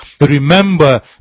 remember